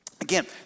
Again